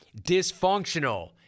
dysfunctional